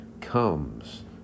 comes